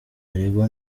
aregwa